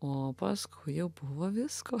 o paskui jau buvo visko